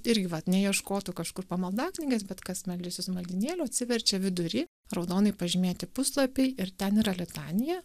irgi vat neieškotų kažkur po maldaknyges bet kas meldžiasi su maldynėliu atsiverčia vidury raudonai pažymėti puslapiai ir ten yra litanija